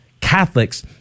Catholics